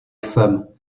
jsem